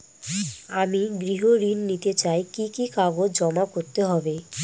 আমি গৃহ ঋণ নিতে চাই কি কি কাগজ জমা করতে হবে?